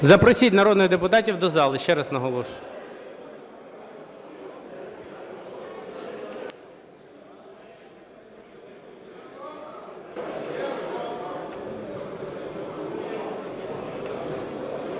Запросіть народних депутатів до зали, ще раз наголошую.